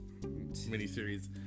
miniseries